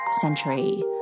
century